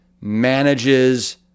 manages